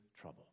trouble